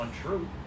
untrue